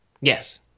Yes